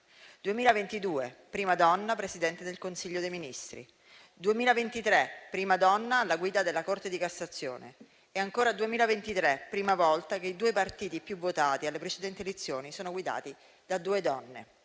2022 la prima donna Presidente del Consiglio dei ministri; nel 2023 la prima donna alla guida della Corte di cassazione. Ancora, nel 2023, è la prima volta che i due partiti più votati alle precedenti elezioni sono guidati da due donne.